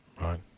right